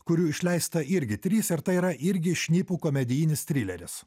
kurių išleista irgi trys ir tai yra irgi šnipų komedijinis trileris